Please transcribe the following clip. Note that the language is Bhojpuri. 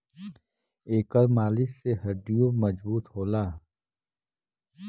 एकर मालिश से हड्डीयों मजबूत होला